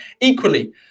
equally